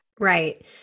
Right